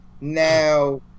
Now